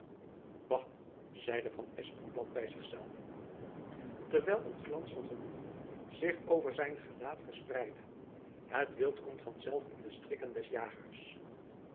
bah zeide van espenblad by zich zelven terwijl een glans van genoegen zich over zijn gelaat verspreidde het wild komt van zelf in de strikken des jagers